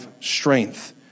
strength